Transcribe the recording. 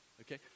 okay